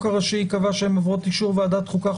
הראשי ייקבע שהן עוברות אישור ועדת החוקה,